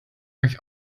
euch